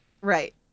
Right